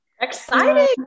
Exciting